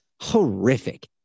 horrific